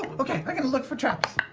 okay. i'm gonna look for traps.